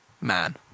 Man